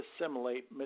assimilate